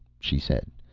she said.